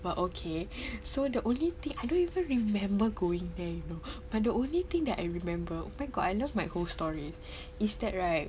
but okay so the only thing I don't even remember going there you know but the only thing that I remember oh my god I love my whole story is that right